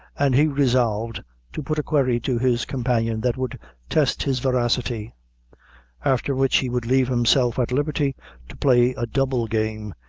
and he resolved to put a query to his companion that would test his veracity after which he would leave himself at liberty to play a double game,